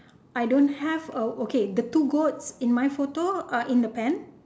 I don't have uh okay the two goats in my photo are in the pen